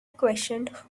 questioned